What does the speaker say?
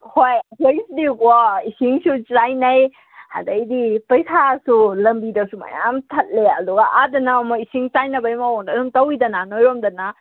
ꯍꯣꯏ ꯑꯩꯈꯣꯏꯒꯤꯁꯤꯗꯤꯕꯀꯣ ꯏꯁꯤꯡꯁꯨ ꯆꯥꯏꯅꯩ ꯑꯗꯩꯗꯤ ꯄꯩꯁꯥꯁꯨ ꯂꯝꯕꯤꯗꯁꯨ ꯃꯌꯥꯝ ꯊꯠꯂꯦ ꯑꯗꯨꯒ ꯑꯥꯗꯅ ꯑꯃꯨꯛ ꯏꯁꯤꯡ ꯆꯥꯏꯅꯕꯩ ꯃꯑꯣꯡꯗ ꯑꯗꯨꯝ ꯇꯧꯋꯤꯗꯅ ꯅꯣꯏꯔꯣꯝꯗꯅ